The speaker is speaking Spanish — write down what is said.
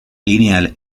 lineal